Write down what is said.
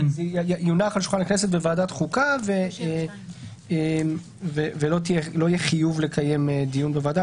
זה יונח על שולחן הכנסת בוועדת החוקה ולא יהיה חיוב לקיים דיון בוועדה.